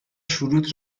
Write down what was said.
شروط